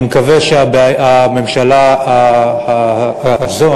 אני מקווה שהממשלה הזו,